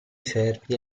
servi